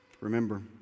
remember